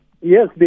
Yes